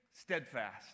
Steadfast